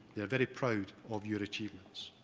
they're very proud of your achievements.